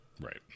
Right